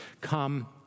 come